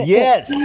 yes